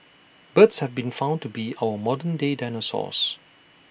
birds have been found to be our modern day dinosaurs